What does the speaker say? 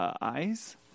eyes